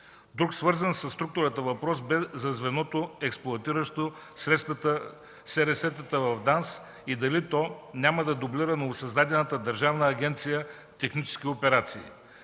Друг свързан със структурата въпрос бе за звеното, експлоатиращо СРС-тата в ДАНС, и дали то няма да дублира новосъздадената Държавна агенция „Технически операции”?